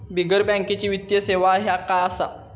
बिगर बँकेची वित्तीय सेवा ह्या काय असा?